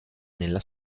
nella